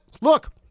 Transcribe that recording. look